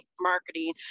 marketing